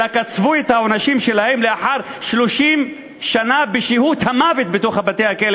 אלא קצבו את העונשים שלהם לאחר 30 שנה בשהות המוות בבתי-הכלא